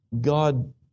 God